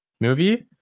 movie